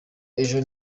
ejo